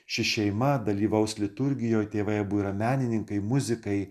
ši šeima dalyvaus liturgijoje tėvai abu yra menininkai muzikai